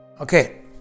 Okay